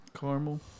Caramel